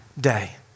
day